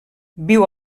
viu